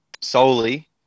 solely